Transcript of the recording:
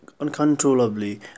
uncontrollably